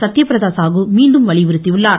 சத்ய பிரதா சாகு மீண்டும் வலியுறுத்தியுள்ளார்